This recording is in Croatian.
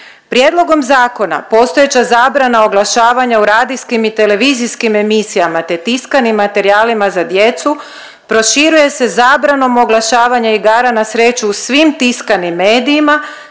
Prijedlogom zakona postojeća zabrana oglašavanja u radijskim i televizijskim emisijama te tiskanim materijalima za djecu proširuje se zabranom oglašavanja igara na sreću u svim tiskanim medijima